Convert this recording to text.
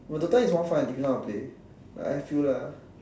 but DOTA is more fun if you know how to play I feel lah